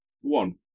One